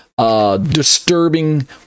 Disturbing